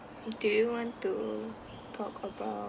do you want to talk about